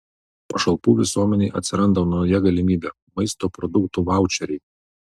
pašalpų visuomenei atsiranda nauja galimybė maisto produktų vaučeriai